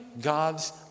God's